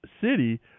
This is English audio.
city